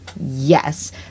yes